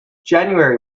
january